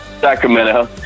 Sacramento